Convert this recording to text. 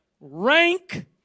rank